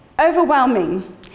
overwhelming